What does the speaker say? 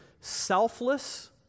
selfless